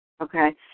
Okay